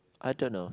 I don't know